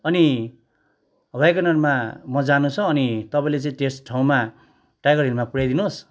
अनि वागेनरमा म जानु छ अनि तपाईँले चाहिँ त्यस ठाउँमा टाइगर हिलमा पुर्यादिनुहोस्